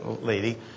lady